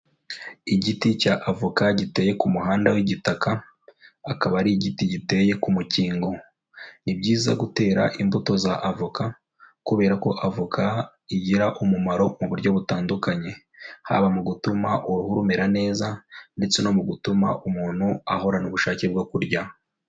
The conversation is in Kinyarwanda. Igiti cya avoka giteye ku muhanda w'igitaka, akaba ari igiti giteye ku mukingo. Ni byiza gutera imbuto za avoka, kubera ko avoka igira umumaro mu buryo butandukanye. Haba mu gutuma uruhu rumera neza, ndetse no mu gutuma umuntu ahorana ubushake bwo kurya.